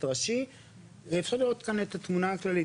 טרשי ואפשר לראות כאן את התמונה הכללית,